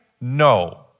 No